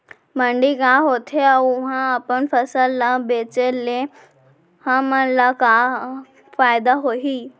मंडी का होथे अऊ उहा अपन फसल ला बेचे ले हमन ला का फायदा होही?